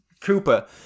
Cooper